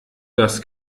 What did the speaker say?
das